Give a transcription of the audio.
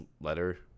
letter